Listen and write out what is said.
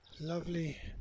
Lovely